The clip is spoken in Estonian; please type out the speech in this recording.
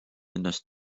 ennast